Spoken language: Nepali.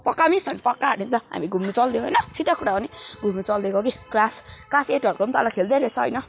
पक्का मिस पक्का अरे नि त हामी घुम्नु चल्दियो होइन सिधा कुरा हो नि घुम्नु चल्दिएको के क्लास क्लास एटहरूको पनि तल खेल्दै रहेछ होइन